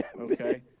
okay